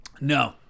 No